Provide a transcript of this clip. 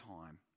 time